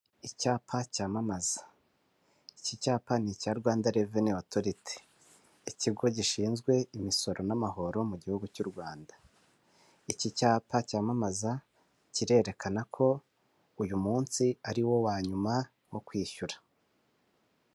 Icyapa cyamamaza; iki cyapa ni icya Rwanda reveni otoriti, ikigo gishinzwe imisoro n'amahoro mu gihugu cy'u Rwanda. Iki cyapa cya mamaza kirerekana ko uyu munsi ari wo wa nyuma wo kwishyura.